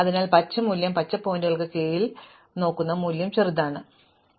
അതിനാൽ പച്ച മൂല്യം പച്ച പോയിന്ററുകൾക്ക് കീഴിൽ ഞാൻ നോക്കുന്ന മൂല്യം ചെറുതാണ് തുടർന്ന് ഞാൻ ഈ കൈമാറ്റം ചെയ്യുന്നു